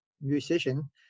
musician